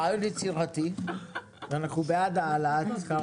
רעיון יצירתי ואנחנו בעד העלאת שכר